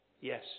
Yes